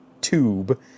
tube